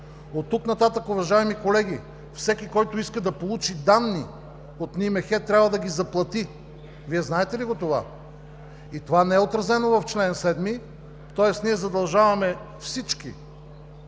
Оттук нататък, уважаеми колеги, всеки, който иска да получи данни от НИМХ, трябва да ги заплати. Вие знаете ли го това? И това не е отразено в чл. 7. Тоест ние задължаваме всички